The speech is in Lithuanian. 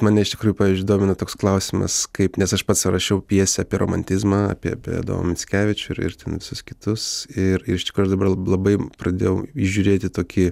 mane iš tikrųjų pavyzdžiui domina toks klausimas kaip nes aš pats rašiau pjesę apie romantizmą apie apie adomą mickevičių ir ir ten visus kitus ir ir iš tikrųjų aš dabar labai pradėjau įžiūrėti tokį